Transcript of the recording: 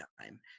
time